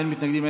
אין מתנגדים,